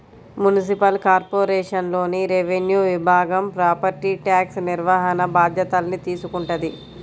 municipal కార్పొరేషన్లోని revenue విభాగం property tax నిర్వహణ బాధ్యతల్ని తీసుకుంటది